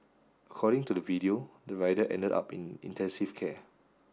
according to the video the rider ended up in intensive care